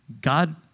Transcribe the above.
God